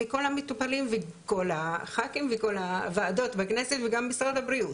וכל המטופלים וכל הח"כים וכל הוועדות בכנסת וגם משרד הבריאות.